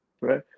right